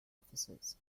officers